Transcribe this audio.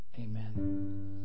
Amen